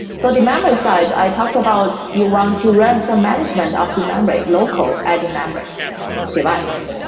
so the memory side, i talked about you want to run some management off the memory, local at the memory device.